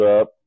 up